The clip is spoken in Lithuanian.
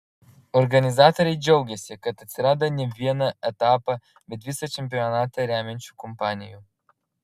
organizatoriai džiaugiasi kad atsirado ne vieną etapą bet visą čempionatą remiančių kompanijų